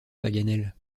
paganel